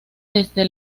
desde